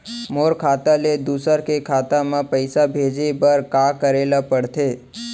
मोर खाता ले दूसर के खाता म पइसा भेजे बर का करेल पढ़थे?